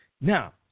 Now